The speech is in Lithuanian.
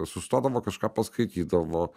sustodavo kažką paskaitydavo